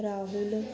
Rahul